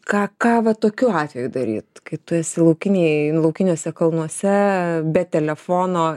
ką ką va tokiu atveju daryt kai tu esi laukinėj laukiniuose kalnuose be telefono